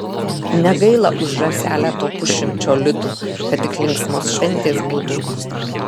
negaila už žąselę to pusšimčio litų kad tik linksmos šventės būtų